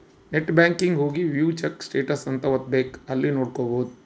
net banking ಹೋಗಿ view check status ಅಂತ ಒತ್ತಬೆಕ್ ಅಲ್ಲಿ ನೋಡ್ಕೊಬಹುದು